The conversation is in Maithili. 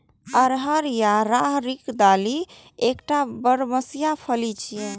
अरहर या राहरिक दालि एकटा बरमसिया फली छियै